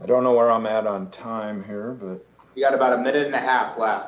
i don't know where i'm at on time here but we got about a minute and a half bla